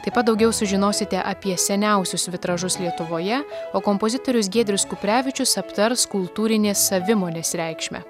taip pat daugiau sužinosite apie seniausius vitražus lietuvoje o kompozitorius giedrius kuprevičius aptars kultūrinės savimonės reikšmę